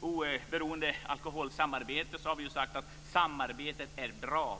Oberoende Alkoholsamarbetet har vi sagt att samarbete är bra.